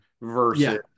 versus